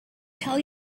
tell